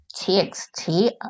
TXT